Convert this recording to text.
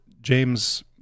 James